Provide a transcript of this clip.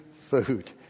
food